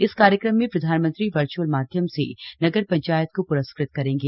इस कार्यक्रम में प्रधानमंत्री वर्च्अल माध्यम से नगर पंचायत को प्रस्कृत करेंगे